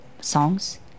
songs